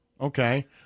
Okay